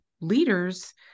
leaders